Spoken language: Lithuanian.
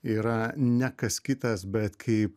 yra ne kas kitas bet kaip